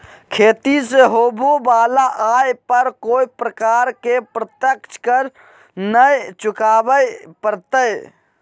खेती से होबो वला आय पर कोय प्रकार के प्रत्यक्ष कर नय चुकावय परतय